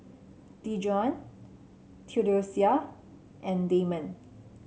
Dejuan Theodosia and Damond